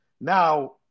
Now